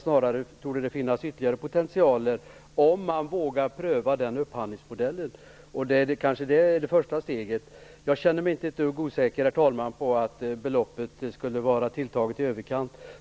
Snarare torde det finnas ytterligare potentialer, om man vågar pröva den här upphandlingsmodellen. Det är kanske det första steget. Jag känner mig inte ett dugg osäker, herr talman, när det gäller detta med att beloppet skulle vara tilltaget i överkant.